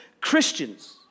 Christians